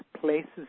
places